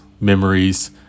memories